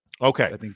Okay